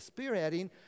spearheading